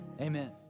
amen